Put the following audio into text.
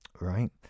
Right